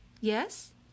Yes